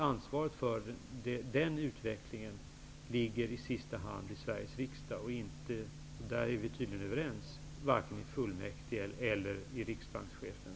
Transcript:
Ansvaret för den utvecklingen ligger i sista hand hos Sveriges riksdag -- och där är vi tydligen överens -- men inte hos Riksbanksfullmäktige eller hos riksbankschefen.